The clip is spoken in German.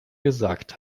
gesagt